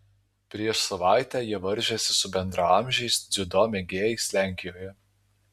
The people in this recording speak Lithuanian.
prieš savaitę jie varžėsi su bendraamžiais dziudo mėgėjais lenkijoje